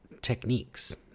techniques